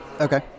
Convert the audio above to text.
Okay